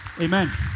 amen